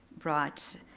brought,